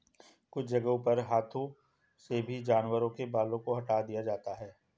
कुछ जगहों पर हाथों से भी जानवरों के बालों को हटा दिया जाता है